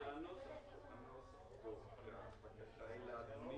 פיצלנו אתמול סעיף בהצעת החוק שדיבר על